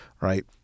right